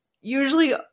usually